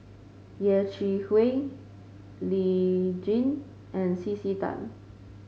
Yeh Chi Wei Lee Tjin and C C Tan